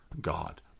God